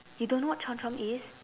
you don't know what Chomp Chomp is